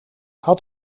had